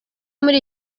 muri